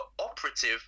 operative